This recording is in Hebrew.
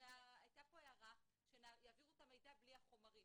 הרי היתה פה הערה שיעבירו את המידע בלי החומרים.